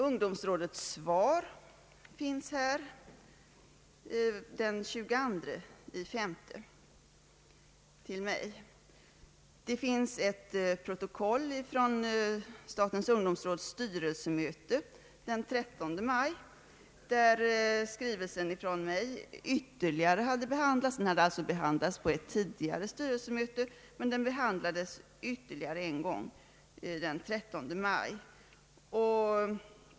Ungdomsrådets svar till mig finns här, daterat den 22 maj 1969. Det finns också ett protokoll från statens ungdomsråds styrelsemöte den 13 maj, där min skrivelse ytterligare hade behandlats. Den hade behandlats vid tidigare styrelsemöte och behandlades således ytterligare en gång den 13 maj.